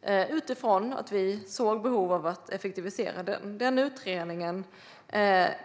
Detta gjorde vi utifrån att vi såg behov av att effektivisera miljötillsynen.